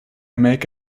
make